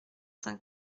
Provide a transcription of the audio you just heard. saint